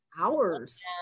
hours